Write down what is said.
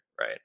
right